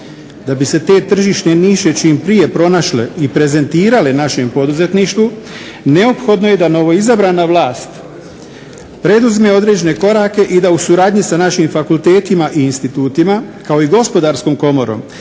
Da bi se te tržišne niše čim prije pronašle i prezentirale našem poduzetništvu neophodno je da novoizabrana vlast preuzme određene korake i da u suradnji sa našim fakultetima i institutima, kao i Gospodarskom komorom